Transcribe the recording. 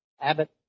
Abbott